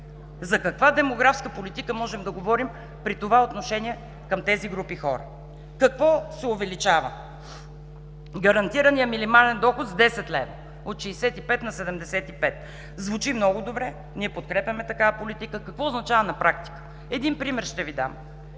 За каква демографска политика можем да говорим при това отношение към тези групи хора? Какво се увеличава? Гарантираният минимален доход с 10 лв. – от 65 на 75 лв. Звучи много добре, ние подкрепяме такава политика. Какво означава на практика? Един пример ще Ви дам: